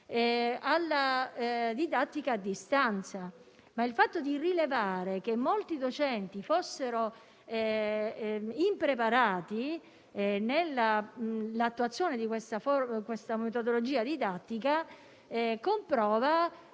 alla didattica a distanza. Tuttavia, rilevare che molti docenti fossero impreparati nell'attuazione di questa metodologia didattica comprova